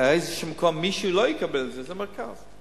באיזה מקום מישהו לא יקבל, זה המרכז.